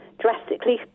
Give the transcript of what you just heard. drastically